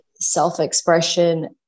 self-expression